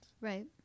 right